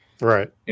Right